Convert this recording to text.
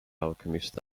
alchemist